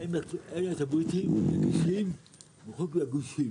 אין אוטובוסים נגישים מחוץ לגושים